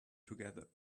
together